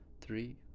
three